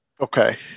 okay